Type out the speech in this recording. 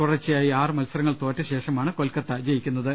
തുടർച്ചയായി ആറു മത്സരങ്ങൾ തോറ്റശേഷമാണ് കൊൽക്കത്ത ജയിക്കുന്ന ത്